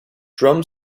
drum